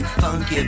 funky